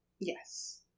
Yes